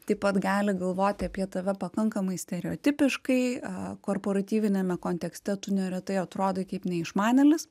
taip pat gali galvoti apie tave pakankamai stereotipiškai a korporativiniame kontekste tu neretai atrodai kaip neišmanėlis